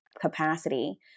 capacity